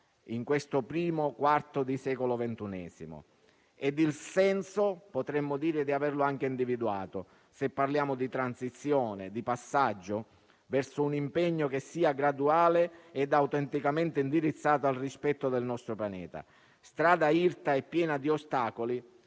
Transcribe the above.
in questo primo quarto di secolo ventunesimo. Il senso potremmo dire di averlo anche individuato se parliamo di transizione e passaggio verso un impegno che sia graduale e autenticamente indirizzato al rispetto del nostro pianeta. La strada è irta e piena di ostacoli,